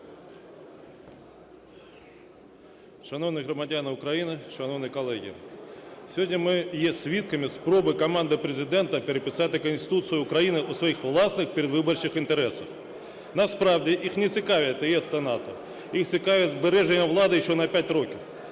Шановні громадяни України, шановні колеги! Сьогодні ми є свідками спроби команди Президента переписати Конституцію України у своїх власних передвиборчих інтересах. Насправді їх не цікавлять ЄС та НАТО, їх цікавить збереження влади ще на 5 років.